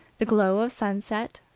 the glow of sunset,